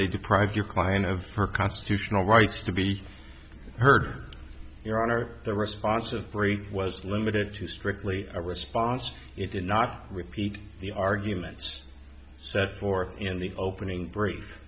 they deprive your client of her constitutional rights to be heard your honor the response of free was limited to strictly a response it did not repeat the arguments set forth in the opening br